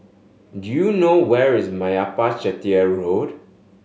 do you know where is Meyappa Chettiar Road